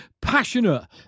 passionate